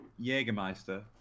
Jägermeister